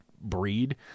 breed